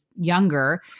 younger